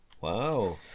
Wow